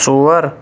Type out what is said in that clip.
ژور